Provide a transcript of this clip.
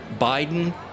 Biden